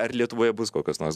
ar lietuvoje bus kokios nors